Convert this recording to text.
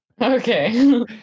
Okay